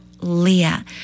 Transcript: Leah